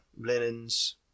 linens